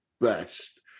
best